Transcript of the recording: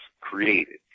created